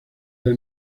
era